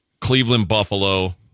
Cleveland-Buffalo